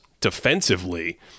defensively